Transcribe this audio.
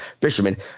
fishermen